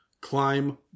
Climb